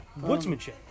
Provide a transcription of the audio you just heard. woodsmanship